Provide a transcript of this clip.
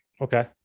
Okay